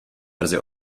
brzy